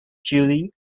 jury